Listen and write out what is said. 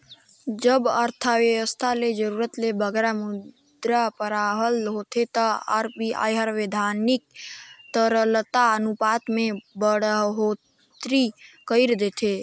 जब अर्थबेवस्था में जरूरत ले बगरा मुद्रा परवाह होथे ता आर.बी.आई बैधानिक तरलता अनुपात में बड़होत्तरी कइर देथे